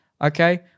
Okay